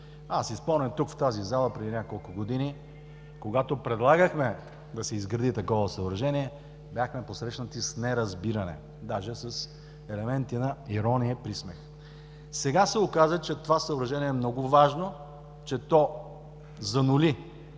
Аз си спомням тук, в тази зала, преди няколко години, когато предлагахме да се изгради такова съоръжение, бяхме посрещнати с неразбиране, даже с елементи на ирония и присмех. Сега се оказа, че това съоръжение е много важно, че то занули